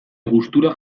gustura